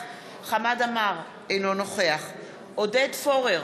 אינו נוכח חמד עמאר,